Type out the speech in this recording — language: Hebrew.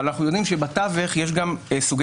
אבל אנחנו יודעים שבתווך יש גם סוגי